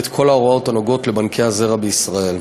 את כל ההוראות הנוגעות לבנקי הזרע בישראל.